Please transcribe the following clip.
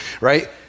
right